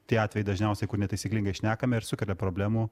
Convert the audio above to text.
tie atvejai dažniausiai kur netaisyklingai šnekame ir sukelia problemų